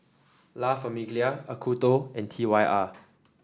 La Famiglia Acuto and T Y R